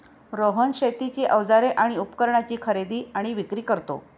रोहन शेतीची अवजारे आणि उपकरणाची खरेदी आणि विक्री करतो